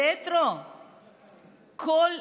רטרואקטיבית?